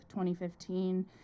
2015